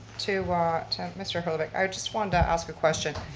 to ah to mr. herlovitch, i just wanted to ask a question,